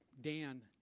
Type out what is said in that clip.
Dan